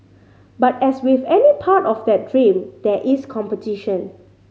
but as with any part of that dream there is competition